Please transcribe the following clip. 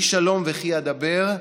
"אני שלום וכי אדבר,